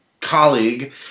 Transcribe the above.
colleague